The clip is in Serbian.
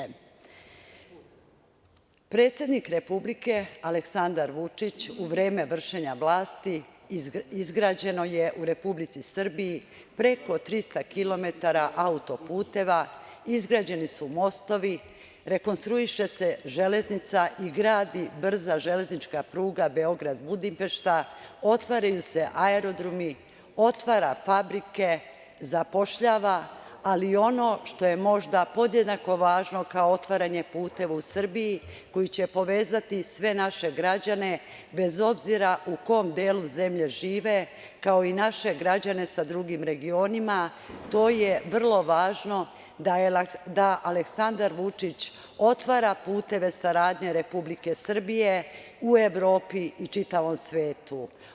U vreme vršenja vlasti predsednika Republike Aleksandra Vučića u Republici Srbiji izgrađeno je preko 300 kilometara autoputeva, izgrađeni su mostovi, rekonstruiše se železnica i gradi brza železnička pruga Beograd-Budimpešta, otvaraju se aerodromi, otvara fabrike, zapošljava, ali i ono što je možda podjednako važno kao otvaranje puteva u Srbiji koji će povezati sve naše građane, bez obzira u kom delu zemlje žive, kao i naše građane sa drugim regionima, to je vrlo važno da Aleksandar Vučić otvara puteve saradnje Republike Srbije u Evropi i čitavom svetu.